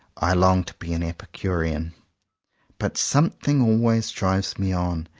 i long to be an epicurean but something always drives me on,